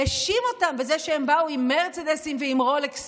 הוא האשים אותם בזה שהם באו במרצדסים ורולקסים.